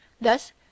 Thus